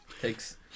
Takes